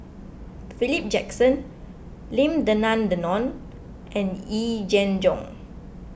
Philip Jackson Lim Denan Denon and Yee Jenn Jong